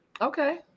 Okay